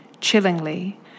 Chillingly